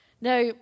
Now